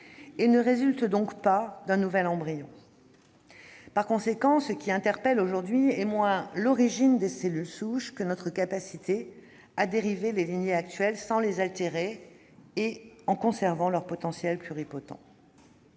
ne résultent donc pas d'un nouvel embryon. De ce fait, ce qui interpelle aujourd'hui est moins l'origine des cellules souches que notre capacité à dériver les lignées actuelles sans les altérer et en conservant leur potentiel pluripotent.